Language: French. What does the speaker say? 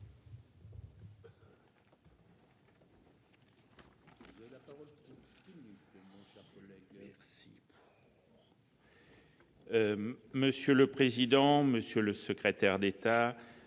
Monsieur le président, monsieur le secrétaire d'État,